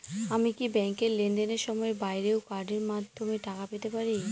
আমি কি ব্যাংকের লেনদেনের সময়ের বাইরেও কার্ডের মাধ্যমে টাকা পেতে পারি?